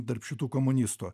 tarp šitų komunistų